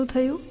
શું થયું